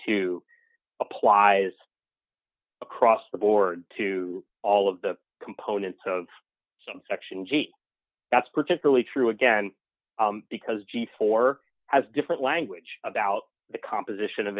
two applies across the board to all of the components of some sections that's particularly true again because g four has different language about the composition of